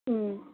ꯎꯝ